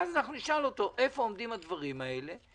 ואז נשאל אותו איפה עומדים הדברים האלה.